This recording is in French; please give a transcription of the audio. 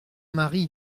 mari